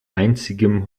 einzigen